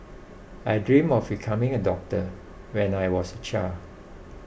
I dream of becoming a doctor when I was a child